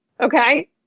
Okay